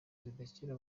zidakira